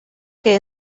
que